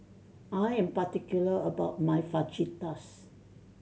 I am particular about my Fajitas